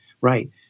Right